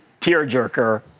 tearjerker